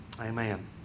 Amen